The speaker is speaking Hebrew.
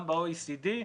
גם ב-OECD.